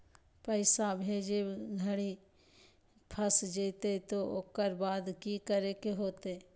पैसा भेजे घरी फस जयते तो ओकर बाद की करे होते?